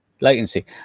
latency